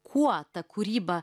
kuo ta kūryba